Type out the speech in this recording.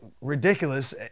ridiculous